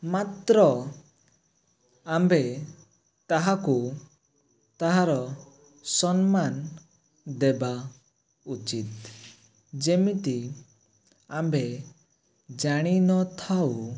ମାତ୍ର ଆମ୍ଭେ ତାହାକୁ ତାହାର ସମ୍ମାନ ଦେବା ଉଚିତ୍ ଯେମିତି ଆମ୍ଭେ ଜାଣିନଥାଉ